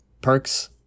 perks